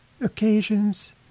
occasions